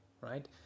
right